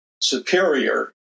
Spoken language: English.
superior